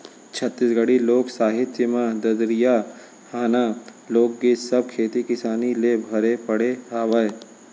छत्तीसगढ़ी लोक साहित्य म ददरिया, हाना, लोकगीत सब खेती किसानी ले भरे पड़े हावय